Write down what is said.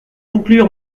conclure